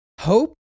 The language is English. Hope